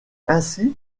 ainsi